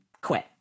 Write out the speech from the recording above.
quit